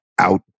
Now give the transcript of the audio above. Out